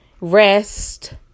rest